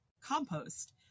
compost